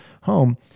home